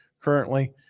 currently